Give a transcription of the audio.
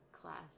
class